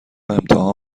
امتحان